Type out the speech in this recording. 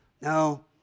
No